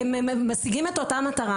והם משיגים את אותה מטרה,